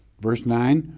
verse nine,